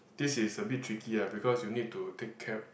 this is a bit tricky uh because you need to take cab